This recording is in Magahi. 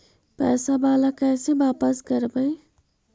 पैसा बाला कैसे बापस करबय?